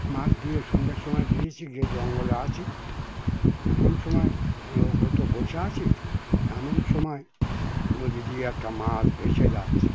মাছ দিয়ে সন্ধ্যের সময় গিয়েছি গিয়ে জঙ্গলে আছি এমন সময় লোক হয়তো বসে আছে এমন সময় নদী দিয়ে একটা মাছ ভেসে যাচ্ছে